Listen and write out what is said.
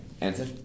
Answer